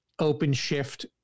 OpenShift